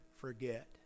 forget